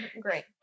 Great